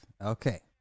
Okay